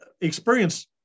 experience